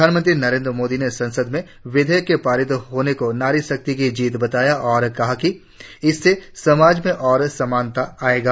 प्रधानमंत्री नरेंद्र मोदी ने संसद में विधेयक के पारित होने को नारी शक्ति की जीत बताया है और कहा है कि इससे समाज में और समानता आयेगी